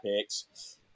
picks